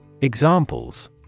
Examples